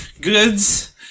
goods